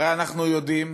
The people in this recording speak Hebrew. הרי אנחנו יודעים